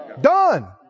Done